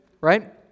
right